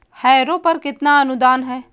Harrow पर कितना अनुदान है?